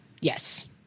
Yes